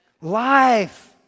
Life